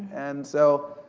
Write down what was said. and, so,